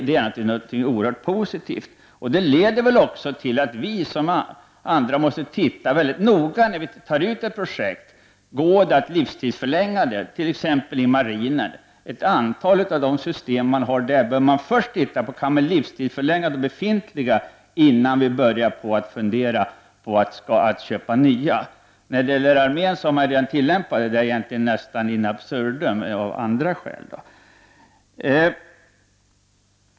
Detta leder till att vi när vi överväger ett projekt måste mycket noga undersöka om det går att livstidsförlänga materielen. När det gäller ett antal av de system som man har inom t.ex. marinen bör man först se efter, om man kan livstidsförlänga de befintliga innan man börjar fundera på att köpa nya. När det gäller armén har man redan tillämpat detta nästan in absurdum, men av andra skäl.